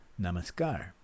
namaskar